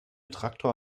traktor